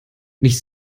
nicht